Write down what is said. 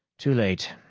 too late.